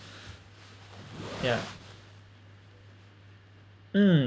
yeah mm